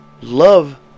love